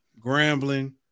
Grambling